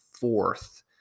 fourth